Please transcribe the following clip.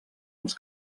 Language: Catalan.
els